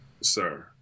sir